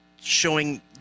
showing